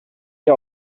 ihr